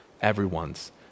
everyone's